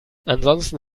ansonsten